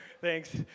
thanks